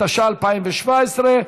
התשע"ח 2017,